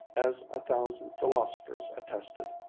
as a thousand philosophers attested.